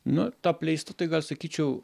nu ta apleista tai gal sakyčiau